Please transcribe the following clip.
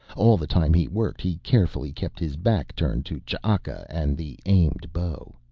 all the time he worked he carefully kept his back turned to ch'aka and the aimed bow.